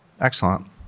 Excellent